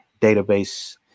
database